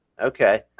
Okay